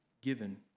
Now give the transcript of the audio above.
given